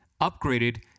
upgraded